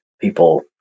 people